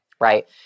right